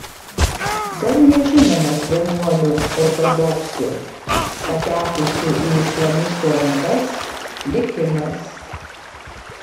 dar nežinomas vienuolių ortodoksių patekusių į islamistų rankas likimas